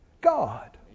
God